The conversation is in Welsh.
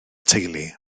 teulu